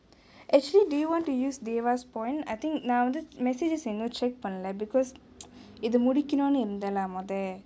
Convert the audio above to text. actually do you want to use theva's point I think நா வந்து:naa vanthu messages இன்னும்:innum check பன்னலே:pannelae because இத முடிக்கனுனும் இருந்தலா மொத:ithe mudikanunum irunthalaa mothe